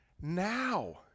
now